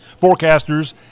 Forecasters